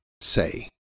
say